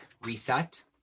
reset